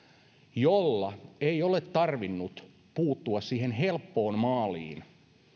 joilla ei ole tarvinnut puuttua siihen helppoon maaliin